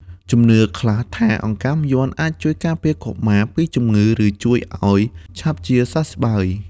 ជំនឿខ្លះថាអង្កាំយ័ន្តអាចជួយការពារកុមារពីជំងឺ ឬជួយឱ្យឆាប់ជាសះស្បើយ។